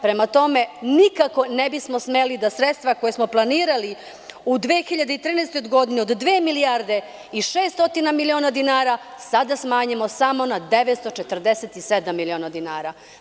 Prema tome, nikako ne bismo smeli da sredstva koja smo planirali u 2013. godini od dve milijarde i 600 miliona dinara sada smanjimo samo na 947 miliona dinara.